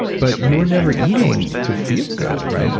but you were never eating to feel good, right? and